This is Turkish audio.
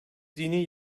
dini